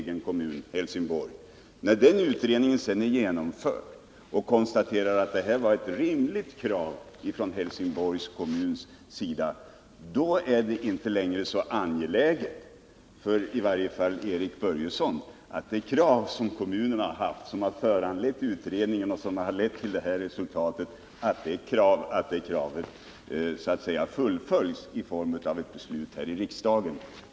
Men när den utredningen är genomförd och man har konstaterat att det var ett rimligt krav från Helsingborgs kommuns sida, då är det inte längre så angeläget för i varje fall Erik Börjesson att kommunens krav, som hade föranlett utredningen och som lett till det här resultatet, fullföljs i form av ett beslut här i riksdagen.